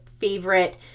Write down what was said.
favorite